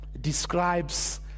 describes